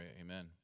amen